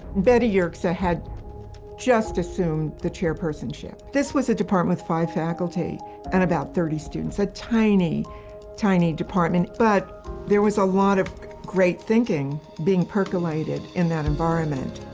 betty yerxa had just assumed the chairpersonship. this was a department with five faculty and about thirty students, a tiny tiny department, but there was a lot of great thinking being percolated in that environment.